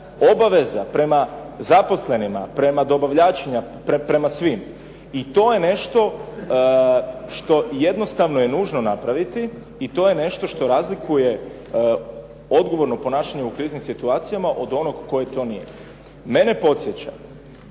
obaveza prema zaposlenima, prema dobavljačima, prema svima i to je nešto što jednostavno je nužno napraviti i to je nešto što razlikuje odgovorno ponašanje u kriznim situacijama od onog koje to nije. Mene podsjeća